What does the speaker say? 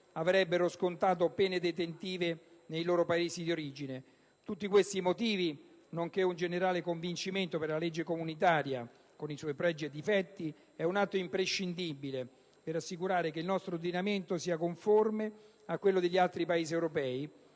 avrebbero scontato pene detentive nel loro Paese d'origine. Tutti questi motivi, nonché un generale convincimento che la legge comunitaria, con i suoi pregi e difetti, è un atto imprescindibile per assicurare che il nostro ordinamento sia conforme a quello degli altri Paesi europei